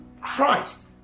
christ